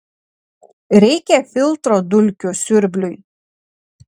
reikia filtro dulkių siurbliui